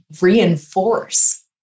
reinforce